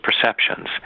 perceptions